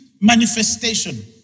manifestation